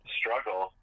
struggle